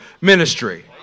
Ministry